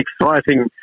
exciting